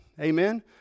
Amen